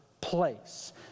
place